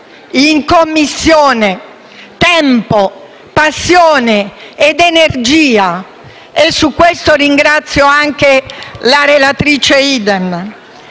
- quello sì - tempo, passione ed energia. Per questo ringrazio anche la relatrice Idem.